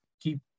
keep